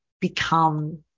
become